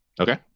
okay